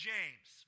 James